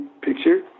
picture